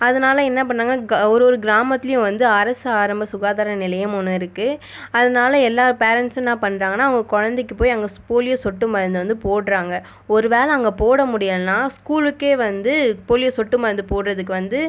அதனால என்ன பண்ணாங்கன்னால் ஒருஒரு கிராமத்துலேம் வந்து அரசு ஆரம்ப சுகாதார நிலையம் ஒன்று இருக்குது அதனால எல்லா பேரன்ட்சும் என்ன பண்ணுறாங்கன்னா அவங்க குழந்தைக்கு போய் அங்கே போலியோ சொட்டு மருந்து வந்து போடுகிறாங்க ஒரு வேலை அங்கே போடா முடியலைன்னா ஸ்கூலுக்கே வந்து போலியோ சொட்டு மருந்து போடுறதுக்கு வந்து